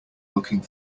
looking